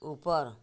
ऊपर